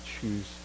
choose